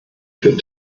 für